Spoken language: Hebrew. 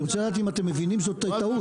אני רוצה לדעת אם אתם מבינים שזו טעות?